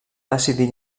decidir